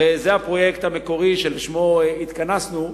הרי זה הפרויקט המקורי, שלשמו התכנסנו,